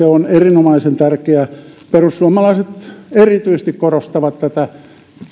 on erinomaisen tärkeä perussuomalaiset erityisesti korostavat tätä